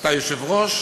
אתה יושב-ראש,